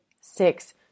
Six